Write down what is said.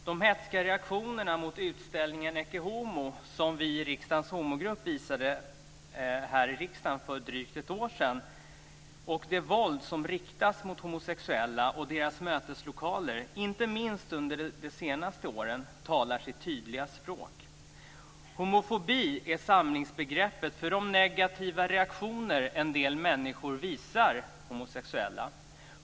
De hätska reaktionerna mot utställningen Ecce Homo, som vi i riksdagens homogrupp visade här i riksdagen för drygt ett år sedan, och det våld som riktats mot homosexuella och deras möteslokaler, inte minst under de senaste åren, talar sitt tydliga språk. Homofobi är samlingsbegreppet för de negativa reaktioner en del människor visar homosexuella.